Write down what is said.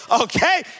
okay